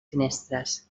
finestres